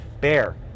bear